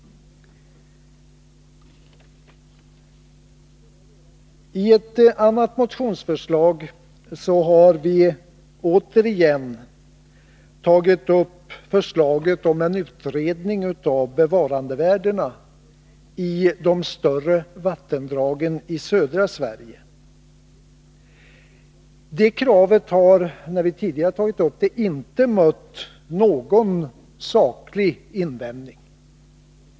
I ett av motionsförslagen har vi återigen tagit upp frågan om en utredning av bevarandevärdena i de större vattendragen i södra Sverige. Det kravet har, när vi tidigare tagit upp det, inte mött någon saklig invändning.